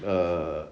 err